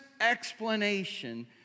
explanation